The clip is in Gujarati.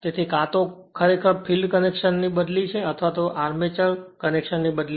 તેથી તે કાં તો ખરેખર ફિલ્ડ કનેક્શન ની બદલી છે અથવા ખરેખર આર્મચર કનેક્શનની બદલી